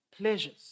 pleasures